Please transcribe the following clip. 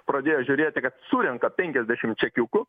pradėjo žiūrėti kad surenka penkiasdešim čekiukų